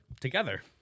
Together